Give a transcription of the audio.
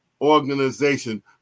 organization